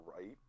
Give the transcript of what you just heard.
right